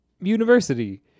university